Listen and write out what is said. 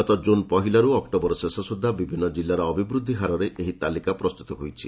ଗତ ଜୁନ୍ ପହିଲାରୁ ଅକ୍ଟୋବର ଶେଷ ସୁଦ୍ଧା ବିଭିନ୍ନ ଜିଲ୍ଲାର ଅଭିବୃଦ୍ଧି ହାରରେ ଏହି ତାଲିକା ପ୍ରସ୍ତୁତ ହୋଇଛି